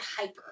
hyper